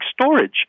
storage